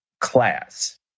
class